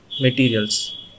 materials